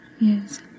Yes